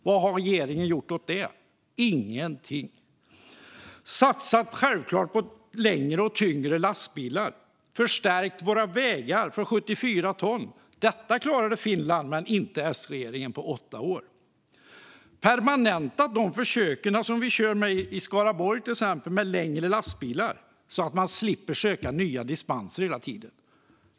Vad har regeringen gjort åt det? Ingenting. Man borde självklart ha satsat på längre och tyngre lastbilar och förstärkt våra vägar för 74 ton. Detta klarade Finland, men S-regeringen klarade det inte på åtta år. Man borde ha permanentat försöken med längre lastbilar, som vi till exempel kör med i Skaraborg, så att de slipper söka nya dispenser hela tiden.